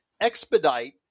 expedite